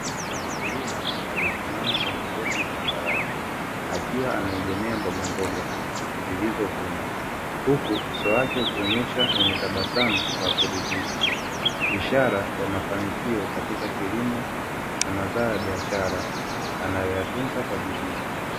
Mkulima aliyesimama pembezoni mwa shamba lake akiwa ameegemea mbogamboga zilizovunwa, huku uso wake ukionyesha wenye tabasamu wa kuridhika ishara ya mafanikio katika kilimo cha mazao ya biashara, anayeyatunza kwa bidii.